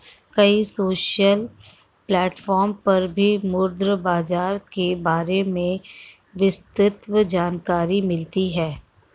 कई social platform पर भी मुद्रा बाजार के बारे में विस्तृत जानकरी मिलती है